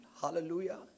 Hallelujah